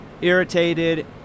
irritated